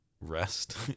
REST